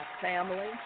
family